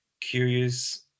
curious